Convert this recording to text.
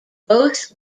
both